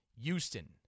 Houston